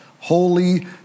holy